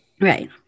Right